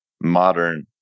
modern